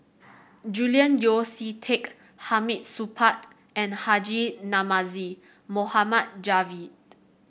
Julian Yeo See Teck Hamid Supaat and Haji Namazie Mohd Javad